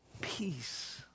peace